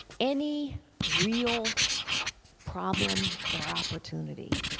any real problem or opportunity